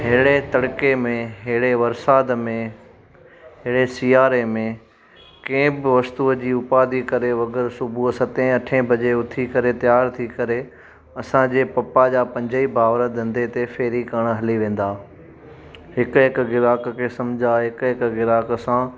अहिड़े तरके में अहिड़े वरसाद में अहिड़े सियारे में कंहिं बि वस्तुअ जी उपाधी करे बग़ैर सुबुह सते अठे बजे उथी करे तयार थी करे असांजे पप्पा जा पंजे भाउरु धंधे ते फेरी करणु हली वेंदा हिकु हिकु ग्राहक खे सम्झाए हिकु हिकु ग्राहक सां